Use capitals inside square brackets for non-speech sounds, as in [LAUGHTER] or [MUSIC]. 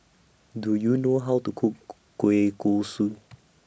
Do YOU know How to Cook [NOISE] Kueh Kosui